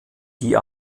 die